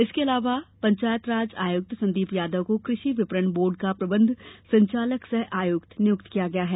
इसके अलावा पंचायतराज आयुक्त संदीप यादव को कृषि विपणन बोर्ड का प्रबंध संचालक सह आयुक्त नियुक्त किया गया है